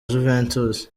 juventus